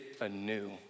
anew